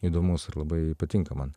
įdomus ir labai patinka man